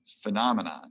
phenomenon